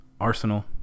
Arsenal